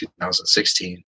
2016